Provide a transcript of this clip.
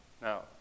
Now